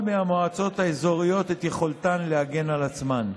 מהמועצות האזוריות את יכולתן להגן על עצמן.